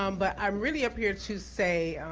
um but i'm really up here to say,